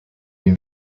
been